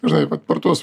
žinai vat per tuos